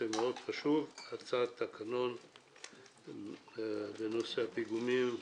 מאוד חשוב: הצעת תקנות לנושא הפיגומים.